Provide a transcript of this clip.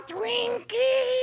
Twinkie